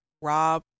Rob